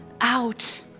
out